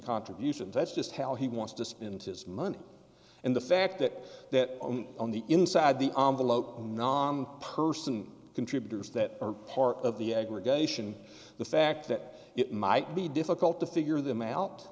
contributions that's just how he wants to spend his money and the fact that that on the inside the person contributors that are part of the aggregation the fact that it might be difficult to figure them out